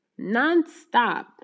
nonstop